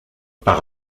par